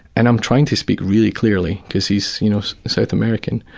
and i'm trying to speak really clearly, cause he's you know south american.